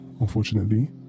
unfortunately